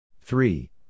Three